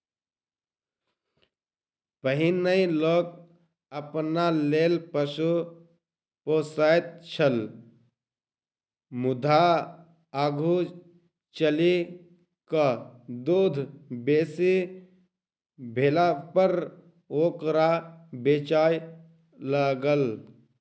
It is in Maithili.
पहिनै लोक अपना लेल पशु पोसैत छल मुदा आगू चलि क दूध बेसी भेलापर ओकरा बेचय लागल